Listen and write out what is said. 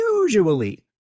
usually